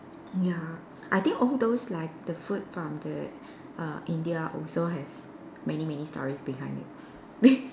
ya I think all those like the food from the err India also has many many stories behind it